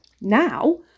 Now